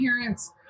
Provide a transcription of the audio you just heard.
parents